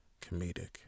comedic